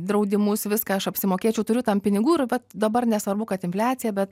draudimus viską aš apsimokėčiau turiu tam pinigų ir vat dabar nesvarbu kad infliacija bet